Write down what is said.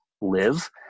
live